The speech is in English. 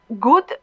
good